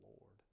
Lord